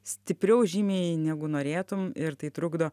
stipriau žymiai negu norėtum ir tai trukdo